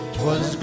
T'was